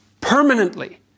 permanently